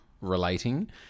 relating